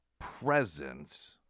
presence